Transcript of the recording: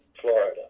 Florida